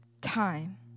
time